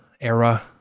era